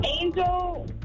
Angel